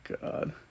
god